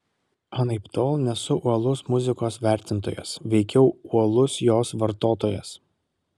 anaiptol nesu uolus muzikos vertintojas veikiau uolus jos vartotojas